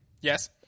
Yes